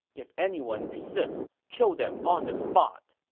if anyone resists, kill them on the spot!